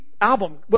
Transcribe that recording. album